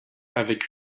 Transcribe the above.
avec